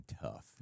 tough